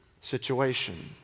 situation